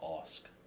ask